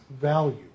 value